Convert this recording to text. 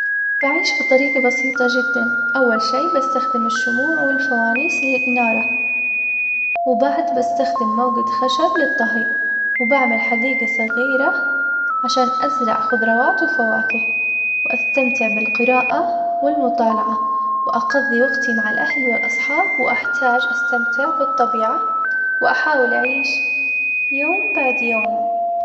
بعيش بطريقة بسيطة جدا, أول شي بستخدم الشموع والفوانيس للإنارة, وبعد بستخدم موقد خشب للطهي, وبعمل حديقة صغيرة, علشان أزرع خضروات وفواكه, وأستمتع بالقراءة والمطالعة, وأقضي وقتي مع الأهل والأصحاب, وأحتاج أستمتع بالطبيعة, وأحاول أعيش يوم بعد يوم.